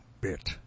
bit